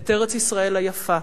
את ארץ-ישראל היפה,